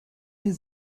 his